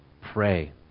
pray